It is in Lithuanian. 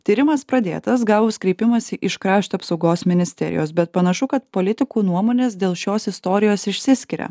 tyrimas pradėtas gavus kreipimąsi iš krašto apsaugos ministerijos bet panašu kad politikų nuomonės dėl šios istorijos išsiskiria